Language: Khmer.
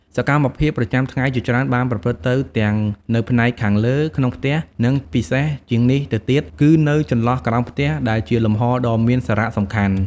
សកម្មភាពប្រចាំថ្ងៃជាច្រើនបានប្រព្រឹត្តទៅទាំងនៅផ្នែកខាងលើ ក្នុងផ្ទះ និងពិសេសជាងនេះទៅទៀត គឺនៅ ចន្លោះក្រោមផ្ទះ ដែលជាលំហដ៏មានសារៈសំខាន់ ។